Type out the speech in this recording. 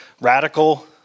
radical